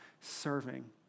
serving